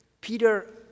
Peter